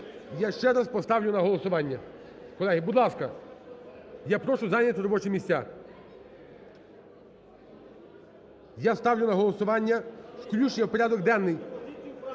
Я ще раз поставлю на голосування. Колеги, будь ласка, я прошу зайняти робочі місця. Я ставлю на голосування включення в порядок денний